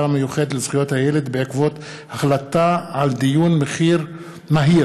המיוחדת לזכויות הילד בעקבות דיון מהיר